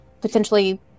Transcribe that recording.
potentially